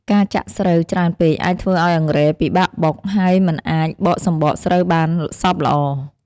ការចាក់ស្រូវច្រើនពេកអាចធ្វើឱ្យអង្រែពិបាកបុក ហើយមិនអាចបកសម្បកស្រូវបានសព្វល្អ។